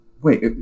Wait